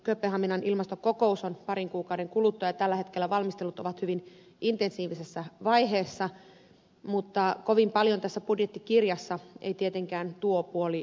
kööpenhaminan ilmastokokous on parin kuukauden kuluttua ja tällä hetkellä valmistelut ovat hyvin intensiivisessä vaiheessa mutta kovin paljon tässä budjettikirjassa ei tietenkään tuo puoli näy